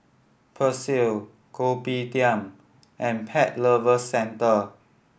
Persil Kopitiam and Pet Lovers Centre